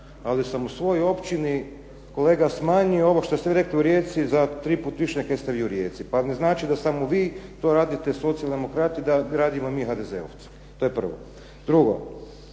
ali sam u svojoj općini kolega smanjio ono što ste vi rekli u Rijeci za tri puta više nego kaj ste vi u Rijeci. Pa ne znači da samo vi to radite Socijal-demokrati, da radimo mi HDZ-ovci. To je prvo. Drugo,